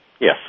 Yes